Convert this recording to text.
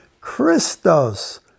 Christos